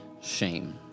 shame